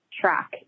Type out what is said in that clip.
track